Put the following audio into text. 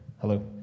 hello